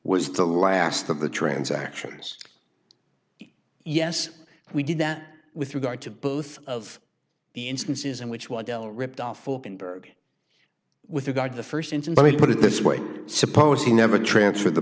was the last of the transactions yes we did that with regard to both of the instances in which waddell ripped off open burg with regard to st into but he put it this way suppose he never transfer the